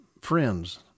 friends